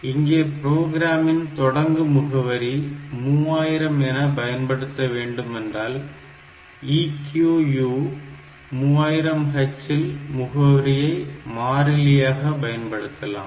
இங்கே ப்ரோக்ராமின் தொடங்கு முகவரி 3000 என பயன்படுத்த வேண்டுமென்றால் EQU 3000h இல் முகவரியை மாறிலியாக பயன்படுத்தலாம்